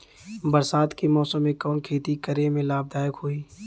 बरसात के मौसम में कवन खेती करे में लाभदायक होयी?